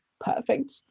perfect